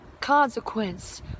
consequence